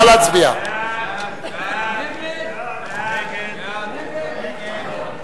סעיפים 30 31,